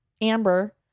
amber